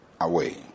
away